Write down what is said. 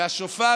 שהשופר,